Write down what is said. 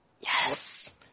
Yes